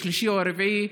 השלישי או הרביעי,